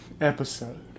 episode